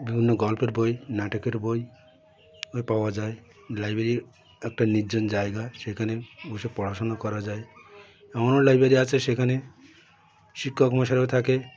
বিভিন্ন গল্পের বই নাটকের বই ওই পাওয়া যায় লাইব্রেরি একটা নির্জন জায়গা সেখানে বসে পড়াশুনো করা যায় এমনও লাইব্রেরি আছে সেখানে শিক্ষকমশাইরাও থাকে